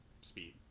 speed